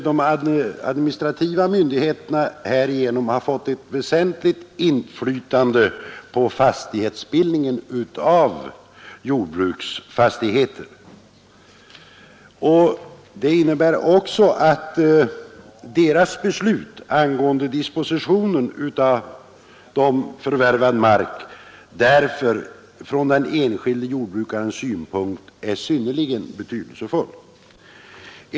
De administrativa myndigheterna har härigenom ett väsentligt inflytande på fastighetsbildningen av jordbruksfastigheter, och deras beslut angående dispositionen av den förvärvade marken är därför från den enskilde jordbrukarens synpunkt synnerligen betydelsefullt.